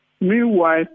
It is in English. Meanwhile